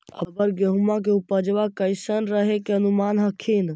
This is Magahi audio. अबर गेहुमा के उपजबा कैसन रहे के अनुमान हखिन?